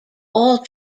all